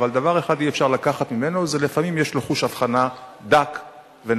אבל דבר אחד אי-אפשר לקחת ממנו: לפעמים יש לו חוש אבחנה דק ונכון.